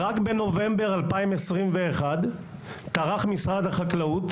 רק בנובמבר 2021 טרח משרד החקלאות